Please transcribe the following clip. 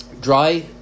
dry